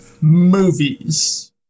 movies